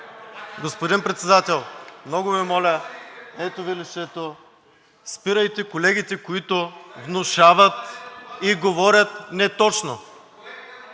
Господин Председател, много Ви моля, ето Ви листчето, спирайте колегите, които внушават и говорят неточно.